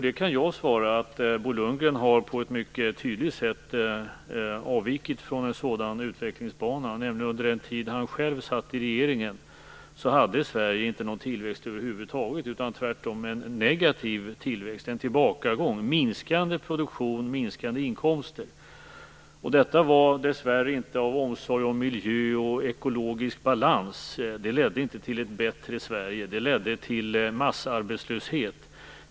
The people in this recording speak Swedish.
Jag kan svara att Bo Lundgren på ett mycket tydligt sätt avvikit från en sådan utvecklingsbana, nämligen under den tid då han själv satt i regeringen. Då hade Sverige inte någon tillväxt över huvud taget. Det var tvärtom en negativ tillväxt, en tillbakagång. Det var en minskande produktion och minskande inkomster. Så var det dessvärre inte på grund av omsorg om miljö och ekologisk balans. Detta ledde inte till ett bättre Sverige. Det ledde till en massarbetslöshet.